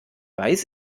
weiß